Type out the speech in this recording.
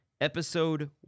Episode